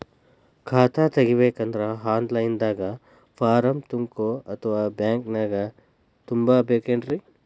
ಖಾತಾ ತೆಗಿಬೇಕಂದ್ರ online ದಾಗ ಫಾರಂ ತುಂಬೇಕೊ ಅಥವಾ ಬ್ಯಾಂಕನ್ಯಾಗ ತುಂಬ ಬೇಕ್ರಿ?